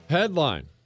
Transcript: Headline